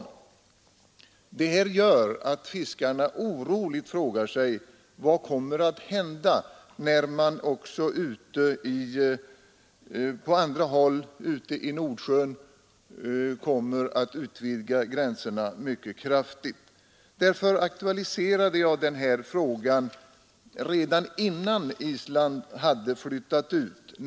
Vad kommer nu att ske, undrar de, när man också på andra håll ute i Nordsjön utvidgar gränserna mycket kraftigt? Mot den bakgrunden aktualiserade jag den här frågan redan innan Island hade flyttat ut sina gränser.